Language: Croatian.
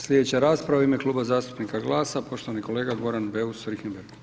Slijedeća rasprava u ime Kluba zastupnika GLAS-a, poštovani kolega Goran Beus Richembergh.